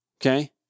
Okay